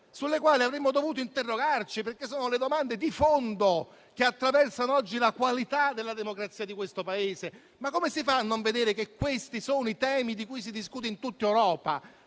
sulle quali avremmo dovuto interrogarci, perché sono le domande di fondo che attraversano oggi la qualità della democrazia di questo Paese. Come si fa a non vedere che questi sono i temi di cui si discute in tutta Europa,